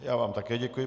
Já vám také děkuji.